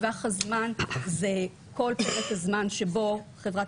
טווח הזמן הוא כל פרק הזמן שבו חברת